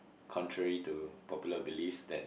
contrary to popular belief that